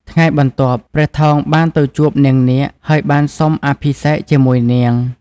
ថ្ងៃបន្ទាប់ ព្រះថោងបានទៅជួបនាងនាគ ហើយបានសុំអភិសេកជាមួយនាង។